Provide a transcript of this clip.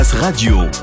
Radio